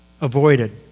Avoided